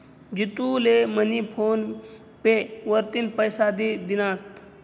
जितू ले मनी PhonePe वरतीन पैसा दि दिनात